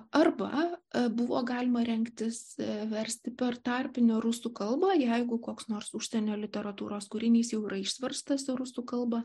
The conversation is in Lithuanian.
arba buvo galima rengtis versti per tarpinę rusų kalbą jeigu koks nors užsienio literatūros kūrinys jau yra išverstas į rusų kalba